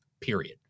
period